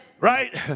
right